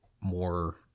more